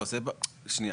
לא, שנייה.